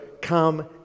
come